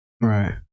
Right